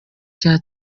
cya